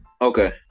Okay